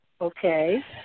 Okay